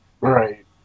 Right